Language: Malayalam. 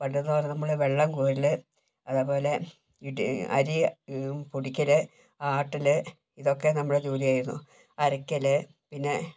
പണ്ടെന്ന് പറഞ്ഞാൽ നമ്മൾ വെള്ളം കോരൽ അതേപോലെ അരി പൊടിക്കൽ ആട്ടൽ ഇതൊക്കെ നമ്മുടെ ജോലി ആയിരുന്നു അരയ്ക്കൽ പിന്നെ